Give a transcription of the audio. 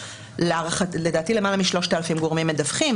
יש לדעתי למעלה מ-3,000 גורמים מדווחים.